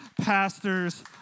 pastors